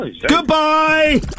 Goodbye